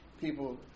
people